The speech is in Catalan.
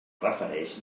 refereix